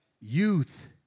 youth